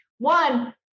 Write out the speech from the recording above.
One